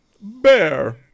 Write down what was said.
Bear